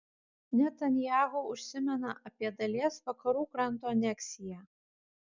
netanyahu užsimena apie dalies vakarų kranto aneksiją